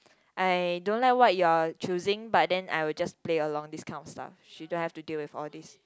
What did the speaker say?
I don't like what you are choosing but then I will just play along this kind of stuff she don't have to deal with all these